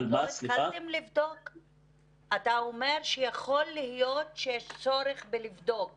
אתה אומר שיכול להיות שיש צורך לבדוק